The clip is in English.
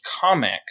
comic